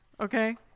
Okay